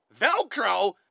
Velcro